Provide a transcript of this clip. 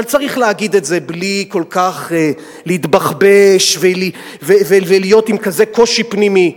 אבל צריך להגיד את זה בלי כל כך להתבחבש ולהיות עם כזה קושי פנימי.